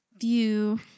view